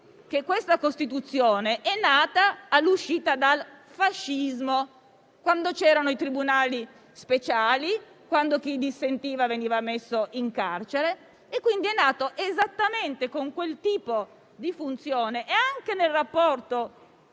che la Costituzione sia nata all'uscita dal fascismo, quando c'erano i tribunali speciali e chi dissentiva veniva messo in carcere. La prerogativa è nata esattamente con quel tipo di funzione e in quel senso,